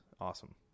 awesome